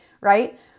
right